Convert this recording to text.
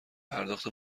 پرداخت